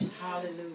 Hallelujah